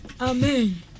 Amen